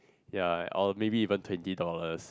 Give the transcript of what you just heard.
ya or maybe even twenty dollars